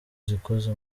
zikoze